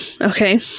Okay